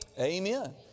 Amen